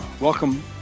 Welcome